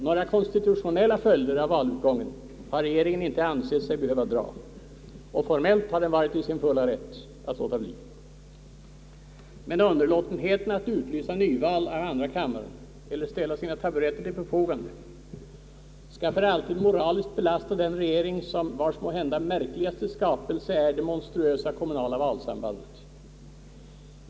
Några konstitutionella följder av valutgången har regeringen inte ansett sig behöva dra — och formellt har den varit i sin fulla rätt att låta bli — men underlåtenheten att utlysa nyval av andra kammaren eller ställa sina taburetter till förfogande skall för alltid moraliskt belasta den regering vars måhända märkligaste skapelse är det monstruösa kommunala valsambandet.